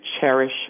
cherish